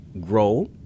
grow